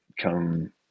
come